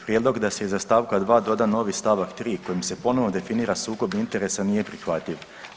Prijedlog da se iza stavka 2 doda novi stavak 3 kojim se ponovo definira sukob interesa nije prihvatljiv.